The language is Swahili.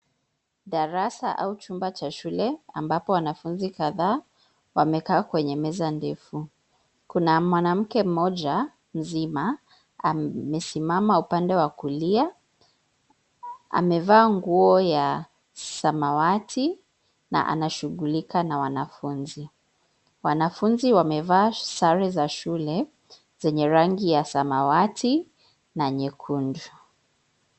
Darasa au chumba cha shule ambapo wanafunzi kadhaa wamekaa kwenye meza ndefu. Kuna mwanamke mmoja mzima; amesimama upande wa kulia. Amevaa nguo ya samawati na anashughulika na wanafunzi. Wanafunzi wamevaa sare za shule zenye rangi ya samawati na nyekundu.